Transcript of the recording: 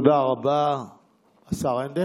עבודה הרבה זמן.